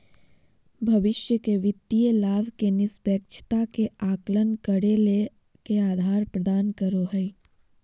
भविष्य के वित्तीय लाभ के निष्पक्षता के आकलन करे ले के आधार प्रदान करो हइ?